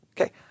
Okay